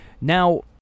Now